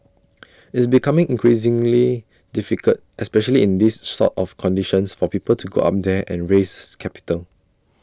it's becoming increasingly difficult especially in these sort of conditions for people to go up there and raise capital